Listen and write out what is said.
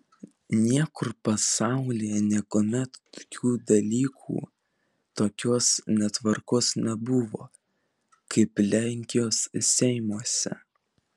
niekur pasaulyje niekuomet tokių dalykų tokios netvarkos nebuvo kaip lenkijos seimuose